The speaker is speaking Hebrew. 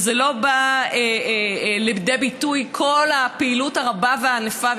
ולא באה לידי ביטוי כל הפעילות הרבה והענפה,